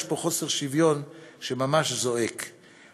יש פה חוסר שוויון שממש זועק,